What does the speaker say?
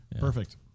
Perfect